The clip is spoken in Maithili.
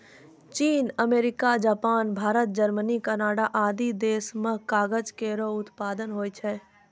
चीन, America, Japan, Bharat, Germany, Canada आदि देस म कागज केरो उत्पादन होय छै